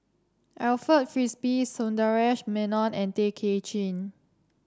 Alfred Frisby Sundaresh Menon and Tay Kay Chin